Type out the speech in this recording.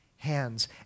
hands